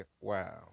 Wow